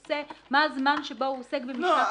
מה הזמן שבו הוא עוסק במשלח יד אחר.